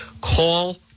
Call